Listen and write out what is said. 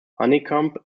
honeycomb